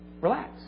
Relax